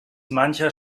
mancher